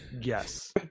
Yes